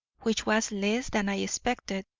which was less than i expected,